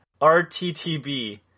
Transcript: RTTB